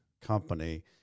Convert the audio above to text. company